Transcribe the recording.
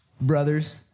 brothers